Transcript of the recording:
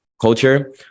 culture